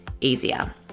easier